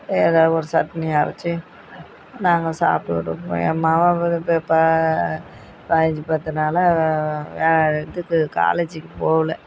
ஏதோ ஒரு சட்னி அரைத்து நாங்கள் சாப்பிட்டுக்கிட்டு இருப்போம் என் மகன் வந்து வ ப பதினஞ்சு பத்து நாளாக வேலை இதுக்கு காலேஜுக்கு போகல